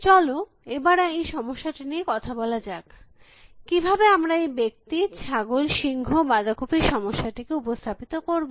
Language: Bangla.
চলো এবার এই সমস্যাটি নিয়ে কথা বলা যাক কিভাবে আমরা এই ব্যক্তি ছাগল সিংহ বাঁধাকপি র সমস্যাটিকে উপস্থাপিত করব